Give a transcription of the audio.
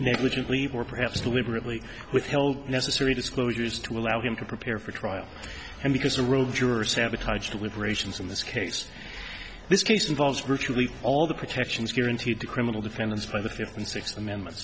negligent leave or perhaps deliberately withheld necessary disclosures to allow him to prepare for trial and because of rove juror sabotaged deliberations in this case this case involves virtually all the protections guaranteed to criminal defendants by the fifth and sixth amendments